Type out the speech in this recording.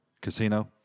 Casino